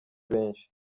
benshi